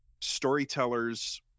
storytellers